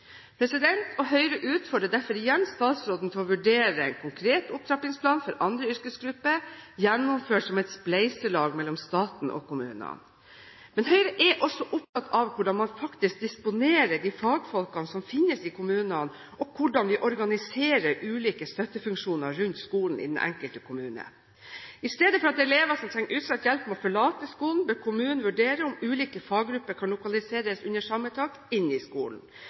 Høyre utfordrer derfor igjen statsråden til å vurdere en konkret opptrappingsplan for andre yrkesgrupper, gjennomført som et spleiselag mellom staten og kommunene. Men Høyre er også opptatt av hvordan man faktisk disponerer de fagfolkene som finnes i kommunene, og hvordan vi organiserer ulike støttefunksjoner rundt skolen i den enkelte kommune. I stedet for at elever som trenger utstrakt hjelp må forlate skolen, bør kommunen vurdere om ulike faggrupper kan lokaliseres under samme tak inne i skolen.